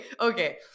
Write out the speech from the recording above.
okay